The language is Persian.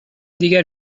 دیگر